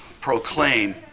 proclaim